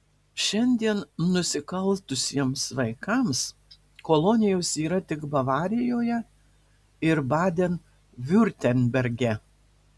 šiandien nusikaltusiems vaikams kolonijos yra tik bavarijoje ir baden viurtemberge